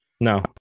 No